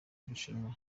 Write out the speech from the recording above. irushanywa